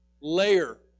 layer